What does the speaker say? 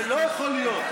זה לא יכול להיות.